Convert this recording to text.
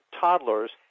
toddlers